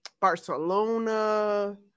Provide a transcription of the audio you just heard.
Barcelona